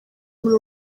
muri